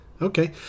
Okay